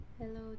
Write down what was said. Hello